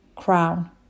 crown